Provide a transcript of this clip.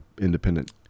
independent